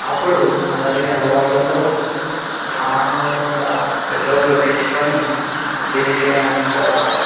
అప్పుడు అందరికీ అందుబాటులో సామాన్యుడు కూడా పెట్రోల్ కొట్టించుకొని తిరిగే అంత